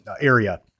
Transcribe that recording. area